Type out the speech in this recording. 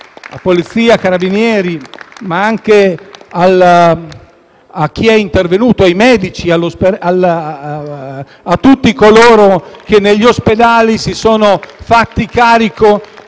Polizia, ai Carabinieri, ma anche a chi è intervenuto: ai medici e a tutti coloro che negli ospedali si sono fatti carico